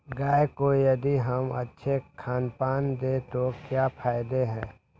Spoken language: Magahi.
गाय को यदि हम अच्छा खानपान दें तो क्या फायदे हैं?